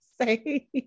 say